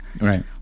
right